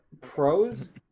pros